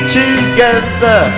together